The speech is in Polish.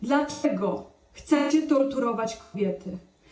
Dlaczego chcecie torturować kobiety?